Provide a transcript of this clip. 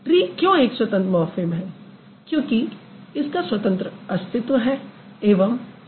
tree क्यों एक स्वतंत्र मॉर्फ़िम है क्योंकि इसका अस्तित्व स्वतंत्र है